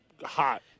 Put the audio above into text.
Hot